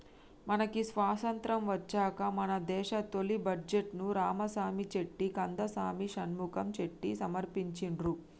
మనకి స్వతంత్రం వచ్చాక మన దేశ తొలి బడ్జెట్ను రామసామి చెట్టి కందసామి షణ్ముఖం చెట్టి సమర్పించిండ్రు